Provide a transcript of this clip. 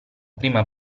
prima